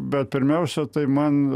bet pirmiausia tai man